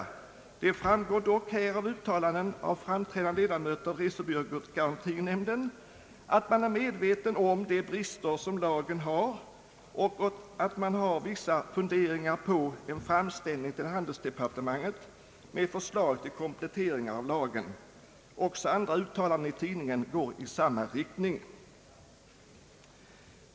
Det framgår dock där av uttalanden av framträdande ledamöter i resegarantinämnden att man är medveten om de brister som lagen har och att nämnden har vissa funderingar om en fram ställning till handelsdepartementet med förslag till kompletteringar av lagen. Också andra uttalanden i tidningen går i samma riktning.